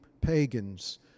pagans